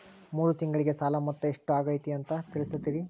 ಮೂರು ತಿಂಗಳಗೆ ಸಾಲ ಮೊತ್ತ ಎಷ್ಟು ಆಗೈತಿ ಅಂತ ತಿಳಸತಿರಿ?